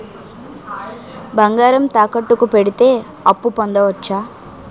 బంగారం తాకట్టు కి పెడితే అప్పు పొందవచ్చ?